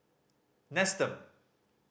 nestum